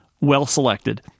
well-selected